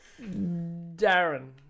Darren